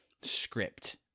script